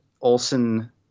Olson